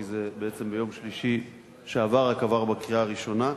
כי ביום שלישי שעבר זה רק עבר בקריאה הראשונה.